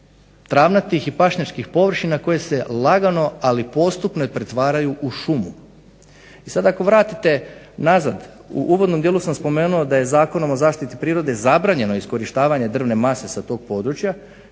travnatih i pašnjačkih površina koji se lagano i postupno pretvaraju u šumu. I sada ako vratite nazad u uvodnom dijelu sam spomenuo da je Zakonom o zaštiti prirode zabranjeno iskorištavanje drvne mase sa tog područja,